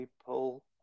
people